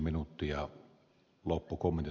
arvoisa puhemies